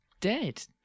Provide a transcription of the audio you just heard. dead